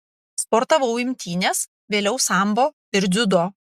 sportavau imtynes vėliau sambo ir dziudo